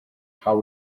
how